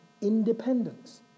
independence